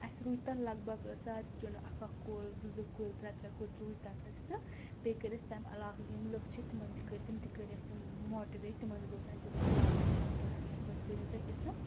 اَسہِ رُوِۍ تَتھ لگ بگ ساروِی سٕٹوڈنٛٹَو اَکھ کُل زٕ زٕ کُلۍ ترٛےٚ ترٛےٚ کُلۍ رُوِۍ تَتھ اَسہِ تہٕ بیٚیہِ کٔر اَسہِ تَمہِ علاوٕ یِم لٕکھ چھِ تِمَن تہِ کٔرۍ تِم تہِ کٔرۍ اَسہِ تِم ماٹِوَیٹ تِمن تہِ دوٚپ اَسہِ دوٚپُکھ پٕلانٹیشَن ڈرٛایو یَتھ منٛز بٔنیو تۄہہِ حِصہٕ